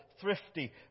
thrifty